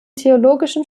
theologischen